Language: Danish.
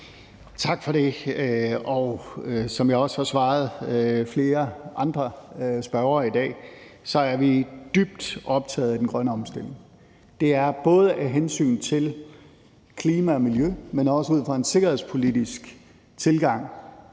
Tak for det. Som jeg også har svaret flere andre spørgere i dag, er vi dybt optaget af den grønne omstilling. Det er både af hensyn til klima og miljø, men også ud fra en sikkerhedspolitisk tilgang